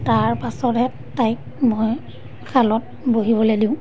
তাৰ পাছতহে তাইক মই শালত বহিবলৈ দিওঁ